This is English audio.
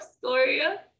Gloria